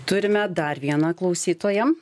turime dar vieną klausytoją